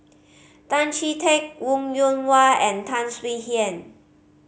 Tan Chee Teck Wong Yoon Wah and Tan Swie Hian